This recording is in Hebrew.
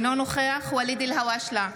אינו נוכח ואליד אלהואשלה,